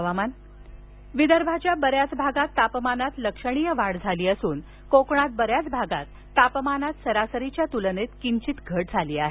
हवामान विदर्भाच्या बऱ्याच भागात तापमानात लक्षणीय वाढ झाली असून कोकणात बऱ्याच भागात तापमानात सरासरीच्या तुलनेत किंचित घट झाली आहे